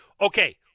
Okay